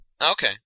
Okay